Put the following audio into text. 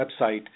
website